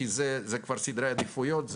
זה כבר סדרי עדיפויות.